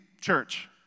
church